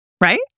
right